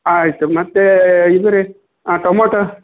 ಆಯಿತು ಮತ್ತೆ ಇದು ರೀ ಟೊಮೋಟೊ